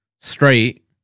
straight